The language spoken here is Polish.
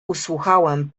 usłuchałem